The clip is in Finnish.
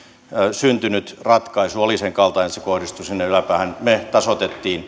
syntynyt ratkaisu oli sen kaltainen että se kohdistui sinne yläpäähän me tasoitimme